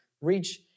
reach